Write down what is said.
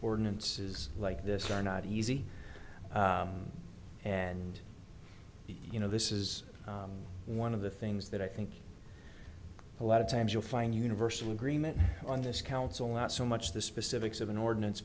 ordinances like this are not easy and you know this is one of the things that i think a lot of times you'll find universal agreement on this council not so much the specifics of an ordinance